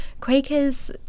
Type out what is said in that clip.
Quakers